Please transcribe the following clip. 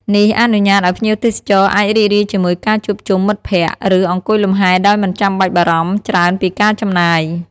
នេះអនុញ្ញាតឲ្យភ្ញៀវទេសចរអាចរីករាយជាមួយការជួបជុំមិត្តភក្តិ ឬអង្គុយលំហែដោយមិនចាំបាច់បារម្ភច្រើនពីការចំណាយ។